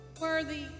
Worthy